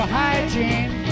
hygiene